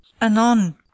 anon